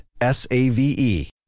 S-A-V-E